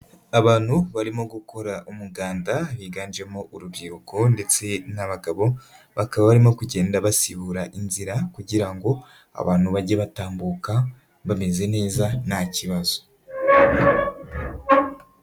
Abantu barimo gukora umuganda biganjemo urubyiruko ndetse n'abagabo, bakaba barimo kugenda basibura inzira kugira ngo abantu bage batambuka bameze neza nta kibazo.